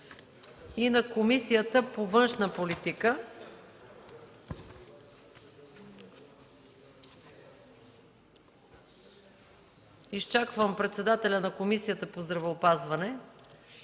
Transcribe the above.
и Комисията по външна политика. Изчаквам председателя на Комисията по здравеопазването,